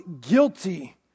guilty